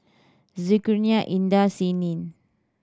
Zulkarnain Indah and Senin